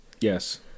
Yes